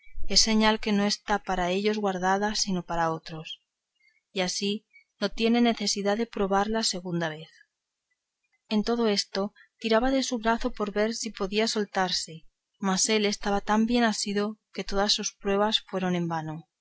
es señal que no está para ellos guardada sino para otros y así no tienen necesidad de probarla segunda vez con todo esto tiraba de su brazo por ver si podía soltarse mas él estaba tan bien asido que todas sus pruebas fueron en vano